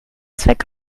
zweck